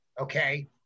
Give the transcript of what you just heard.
okay